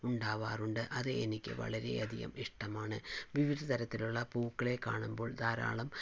ഉണ്ടാകാറുണ്ട് അത് എനിക്ക് വളരെയധികം ഇഷ്ടമാണ് വിവിധ തരത്തിലുള്ള പൂക്കളെ കാണുമ്പോൾ ധാരാളം